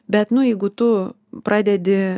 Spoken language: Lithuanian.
bet nu jeigu tu pradedi